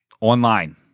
online